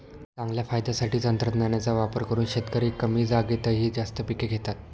चांगल्या फायद्यासाठी तंत्रज्ञानाचा वापर करून शेतकरी कमी जागेतही जास्त पिके घेतात